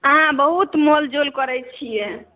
अहाँ बहुत मोल जोल करै छियै